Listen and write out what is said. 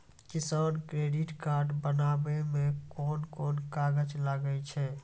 किसान credit card बनाबै मे कोन कोन कागज लागै छै?